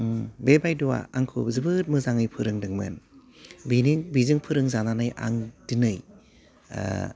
उम बे बायद'आ आंखौ जोबोद मोजाङै फोरोंदोंमोन बेजों फोरोंजानानै आं दिनै ओह